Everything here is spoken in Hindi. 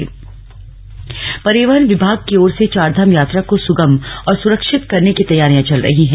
परिवहन चारधाम परिवहन विभाग की ओर से चारधाम यात्रा को सुगम और सुरक्षित करने की तैयारियां चल रही है